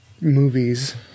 movies